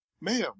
ma'am